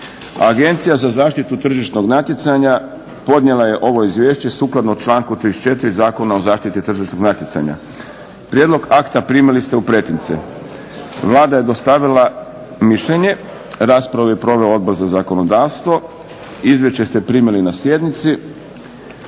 Agencija za zaštitu tržišnog natjecanja podnijela je ovo Izvješće sukladno članku 34. Zakona o zaštiti tržišnog natjecanja, prijedlog akta primili ste u pretince. Vlada je dostavila mišljenje. Raspravu je proveo Odbor za zakonodavstvo, izvješće ste primili na sjednici.